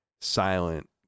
silent